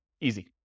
Easy